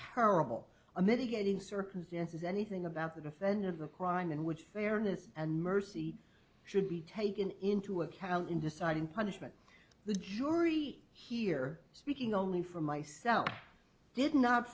terrible a mitigating circumstances anything about the defendant of a crime in which fairness and mercy should be taken into account in deciding punishment the jury here speaking only for myself i did not